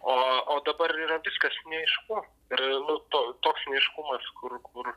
o o dabar yra viskas neaišku ir nu to toks neaiškumas kur kur